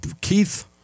Keith